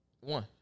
One